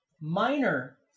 minor